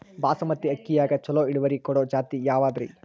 ಬಾಸಮತಿ ಅಕ್ಕಿಯಾಗ ಚಲೋ ಇಳುವರಿ ಕೊಡೊ ಜಾತಿ ಯಾವಾದ್ರಿ?